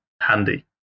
handy